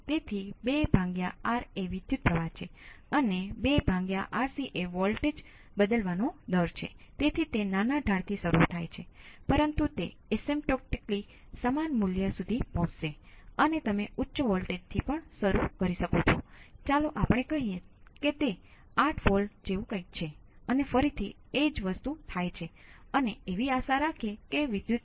તેથી આ આપણને નિર્ધારિત મૂલ્યો જણાવશે જ્યારે આમાંથી ખરેખર તેઓ પણ નક્કી કરે છે કે આ દ્વારા તમે ફરીથી બધા કેપેસિટરને ઓપન સર્કિટ માં રાખો છો કારણ કે આપણે પીસ વાઈજ કોંસ્ટંટ ઇનપુટ્સ લાગુ કરી રહ્યા છીએ આપણે કેપેસિટરમાં વોલ્ટેજ માટે પણ પીસ વાઈજ કોંસ્ટંટ ની અપેક્ષા રાખીએ છીએ